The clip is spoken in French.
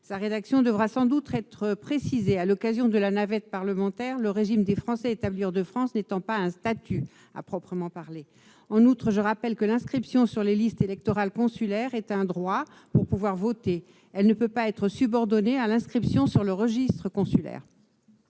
Sa rédaction devra sans doute être précisée à l'occasion de la navette parlementaire, le régime des Français établis hors de France n'étant pas un statut à proprement parler. En outre, je rappelle que l'inscription sur les listes électorales consulaires est un droit pour pouvoir voter. Elle ne peut pas être subordonnée à l'inscription au registre consulaire.